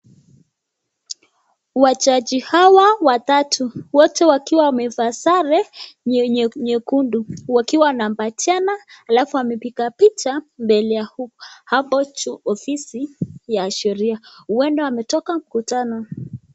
Wajaji hawa watatu wote wakiwa wamevaa sare nyekundu wakiwa wamekumbatiana alafu wanapiga picha mbele ya hapo kwenye ofisi ya Sheria . Wanaonekana wametika mkutano.